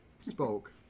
spoke